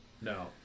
No